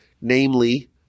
namely